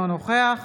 אינו נוכח